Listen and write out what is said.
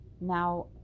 now